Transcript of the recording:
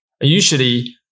Usually